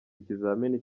ikizamini